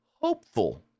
hopeful